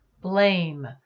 blame